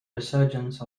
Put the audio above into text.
resurgence